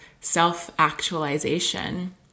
self-actualization